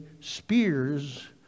spears